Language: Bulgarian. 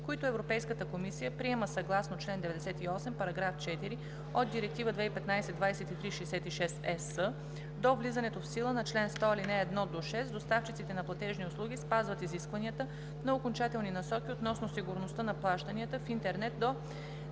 които Европейската комисия приема съгласно чл. 98, параграф 4 от Директива 2015/2366/ЕС; до влизането в сила на чл. 100, ал. 1 – 6 доставчиците на платежни услуги спазват изискванията на Окончателни насоки относно сигурността на плащанията в интернет от